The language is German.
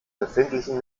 befindlichen